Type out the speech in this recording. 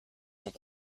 sont